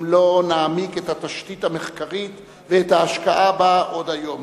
אם לא נעמיק את התשתית המחקרית ואת ההשקעה בה עוד היום.